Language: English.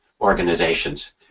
organizations